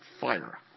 fire